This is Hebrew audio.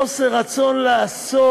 חוסר רצון לעשות.